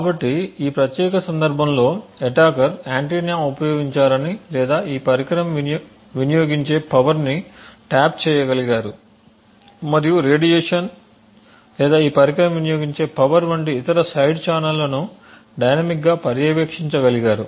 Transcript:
కాబట్టి ఈ ప్రత్యేక సందర్భంలో అటాకర్ యాంటెనా ఉపయోగించారని లేదా ఈ పరికరం వినియోగించే పవర్ని టాప్ చేయగలిగారు మరియు రేడియేషన్ లేదా ఈ పరికరం వినియోగించే పవర్ వంటి ఇతర సైడ్ ఛానెళ్లను డైనమిక్గా పర్యవేక్షించగలిగారు